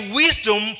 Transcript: wisdom